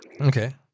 Okay